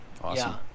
awesome